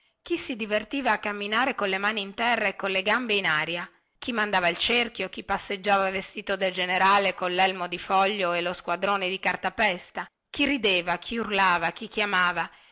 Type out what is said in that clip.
chi si divertiva a camminare colle mani in terra e colle gambe in aria chi mandava il cerchio chi passeggiava vestito da generale collelmo di foglio e lo squadrone di cartapesta chi rideva chi urlava chi chiamava